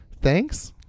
thanks